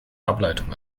ableitung